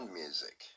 music